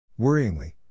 Worryingly